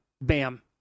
bam